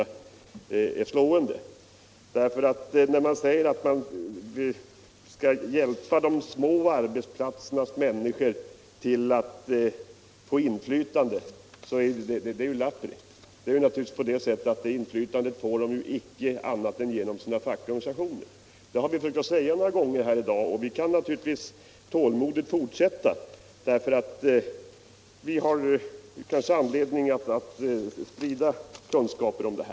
Att moderaterna säger att de skall hjälpa de små arbetsplatsernas anställda till inflytande är lappri. Det inflytandet får de anställda naturligtvis inte annat än genom sina fackliga organisationer. Det har vi försökt säga några gånger i dag. Och vi kan självfallet fortsätta tålmodigt med det — vi har kanske anledning att sprida kunskaper om detta.